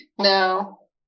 No